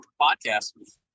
podcast